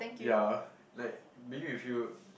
ya like being with you